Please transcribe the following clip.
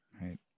Right